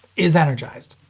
is energized.